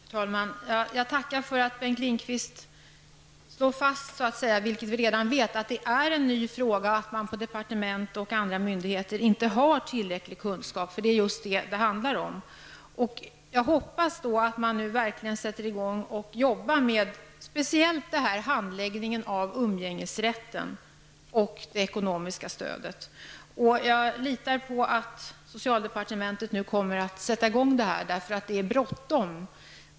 Herr talman! Jag tackar för att Bengt Lindqvist slår fast, vilket vi redan vet, att det är en ny fråga och att man på departement och andra myndigheter inte har tillräcklig kunskap. Det är ju detta det handlar om. Jag hoppas att man nu verkligen sätter i gång och arbetar speciellt med handläggningen av umgängesrätten och det ekonomiska stödet. Jag litar på att socialdepartementet nu kommer att sätta i gång det här, eftersom det är bråttom.